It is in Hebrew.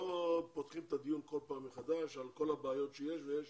לא פותחים את הדיון כל פעם מחדש על כל הבעיות שיש ויש